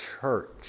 church